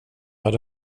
hade